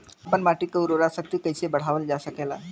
आपन माटी क उर्वरा शक्ति कइसे बढ़ावल जा सकेला?